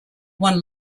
one